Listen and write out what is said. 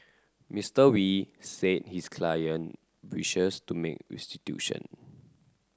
Mister Wee said his client wishes to make restitution